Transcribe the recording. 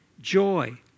joy